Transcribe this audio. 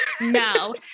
No